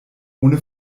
ohne